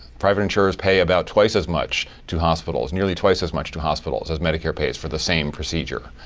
private insurers pay about twice as much to hospitals, nearly twice as much to hospitals as medicare pays for the same procedure.